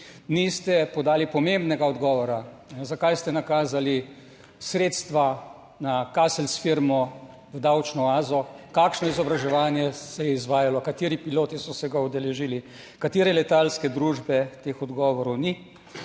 Niste podali pomembnega odgovora zakaj ste nakazali sredstva na »kaselc« firmo v davčno oazo, kakšno izobraževanje se je izvajalo, kateri piloti so se ga udeležili, katere letalske družbe, teh odgovorov ni.